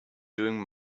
doing